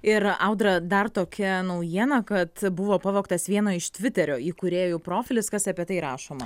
ir audra dar tokia naujiena kad buvo pavogtas vieno iš tviterio įkūrėjų profilis kas apie tai rašoma